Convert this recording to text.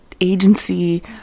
agency